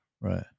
Right